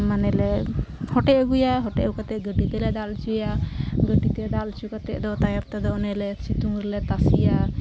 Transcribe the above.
ᱢᱟᱱᱮᱞᱮ ᱦᱚᱴᱮᱡ ᱟᱹᱜᱩᱭᱟ ᱦᱚᱴᱮᱡ ᱟᱹᱜᱩ ᱠᱟᱛᱮᱫ ᱜᱟᱹᱰᱤᱛᱮᱞᱮ ᱫᱟᱞᱚᱪᱚᱭᱟ ᱜᱟᱹᱰᱤᱛᱮ ᱫᱟᱞᱚᱪᱚ ᱠᱟᱛᱮᱫ ᱫᱚ ᱛᱟᱭᱚᱢᱛᱮᱫᱚ ᱚᱱᱮᱞᱮ ᱥᱤᱛᱩᱝᱨᱮᱞᱮ ᱛᱟᱥᱮᱭᱟ